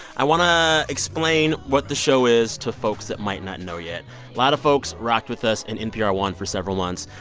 i want to explain what the show is to folks that might not know yet. a lot of folks rocked with us in npr one for several months.